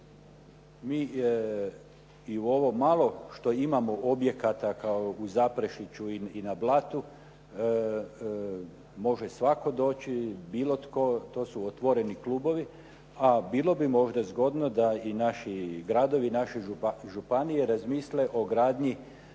Mi i u ovo malo što imamo objekata kao u Zaprešiću i na Blatu može svatko doći, bilo tko. To su otvoreni klubovi. A bilo bi možda zgodno da i naši gradovi, naše županije razmisle o gradnji